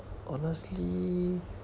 honestly